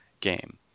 game